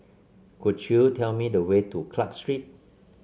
could you tell me the way to Clarke Street